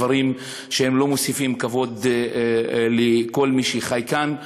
יש מספיק דברים שלא מוסיפים כבוד לכל מי שחי כאן.